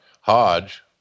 Hodge